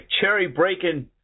cherry-breaking